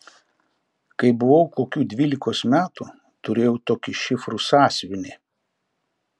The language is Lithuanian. kai buvau kokių dvylikos metų turėjau tokį šifrų sąsiuvinį